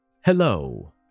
hello